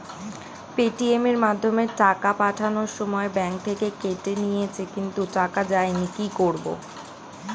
Paytm এর মাধ্যমে টাকা পাঠানোর সময় ব্যাংক থেকে কেটে নিয়েছে কিন্তু টাকা যায়নি কি করব?